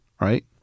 right